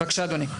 בבקשה אדוני.